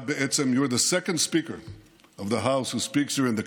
להלן תרגומם הסימולטני: אתה הדובר השני שמבקר כאן בכנסת,